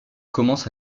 commence